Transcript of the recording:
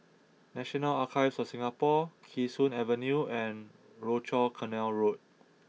National Archives of Singapore Kee Sun Avenue and Rochor Canal Road